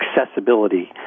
accessibility